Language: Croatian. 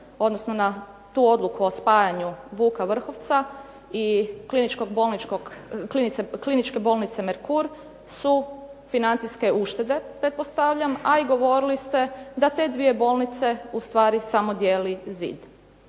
odnosno na tu odluku o spajanju "Vuka Vrhovca" i kliničke bolnice "Merkur" su financijske uštede pretpostavljam, a i govorili ste da te 2 bolnice ustvari samo dijeli zid.